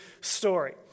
story